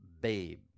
babe